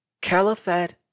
Caliphate